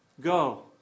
Go